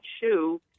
shoe